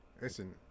Listen